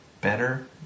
better